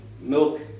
milk